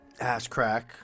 Asscrack